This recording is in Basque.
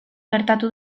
gertatu